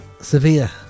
Severe